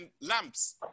Lamps